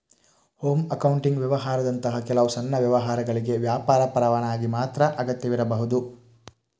home accounting ವ್ಯವಹಾರದಂತಹ ಕೆಲವು ಸಣ್ಣ ವ್ಯವಹಾರಗಳಿಗೆ ವ್ಯಾಪಾರ ಪರವಾನಗಿ ಮಾತ್ರ ಅಗತ್ಯವಿರಬಹುದು